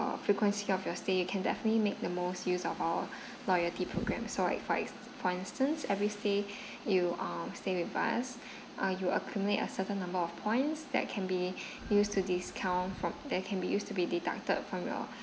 frequency of your stay you can definitely make the most use of our loyalty program so if like for instance every stay you are staying with us uh you accumulate a certain number of points that can be used to discount from that can be used to be deducted from your